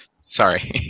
Sorry